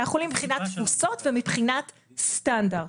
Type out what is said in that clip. החולים מבחינת תפוסות ומבחינת סטנדרט,